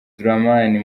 dramani